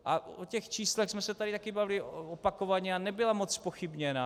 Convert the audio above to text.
A o těch číslech jsme se tady taky bavili opakovaně a nebyla moc zpochybněna.